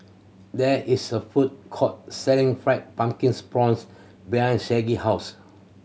there is a food court selling fried pumpkins prawns behind Saige house